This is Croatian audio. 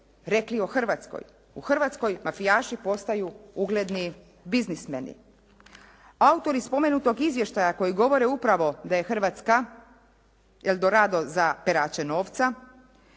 rekli o Hrvatskoj. U Hrvatskoj mafijaši postaju ugledni biznismeni, autori spomenutog izvještaja koji govore upravo da je Hrvatska El Dorado za perače nova,